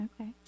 Okay